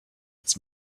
its